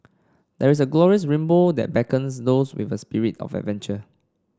there is a glorious rainbow that beckons those with a spirit of adventure